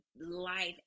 life